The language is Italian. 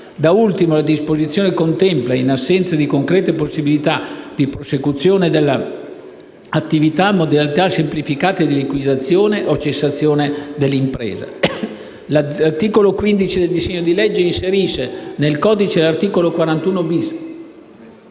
Da ultimo la disposizione contempla, in assenza di concrete possibilità di prosecuzione dell'attività, modalità semplificate di liquidazione o cessazione dell'impresa. L'articolo 15 del disegno di legge inserisce nel codice antimafia